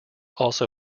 also